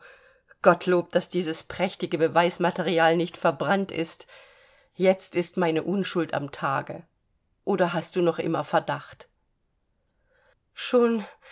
gottlob daß dieses prächtige beweismaterial nicht verbrannt ist jetzt ist meine unschuld am tage oder hast du noch immer verdacht schon